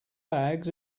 bags